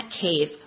cave